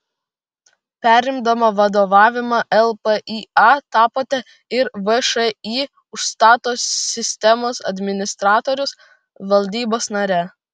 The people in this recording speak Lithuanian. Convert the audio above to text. perimdama vadovavimą lpįa tapote ir všį užstato sistemos administratorius valdybos nare